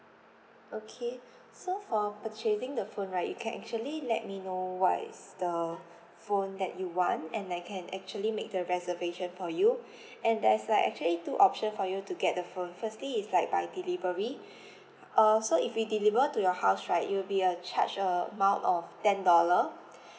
okay so for purchasing the phone right you can actually let me know what is the phone that you want and I can actually make the reservation for you and there's like actually two option for you to get the phone firstly is like by delivery h~ uh so if we deliver to your house right it will be a charge amount of ten dollar